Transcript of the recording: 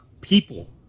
people